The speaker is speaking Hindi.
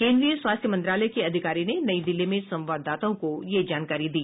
केंद्रीय स्वास्थ्य मंत्रालय के अधिकारी ने नई दिल्ली में संवाददाताओं को यह जानकारी दी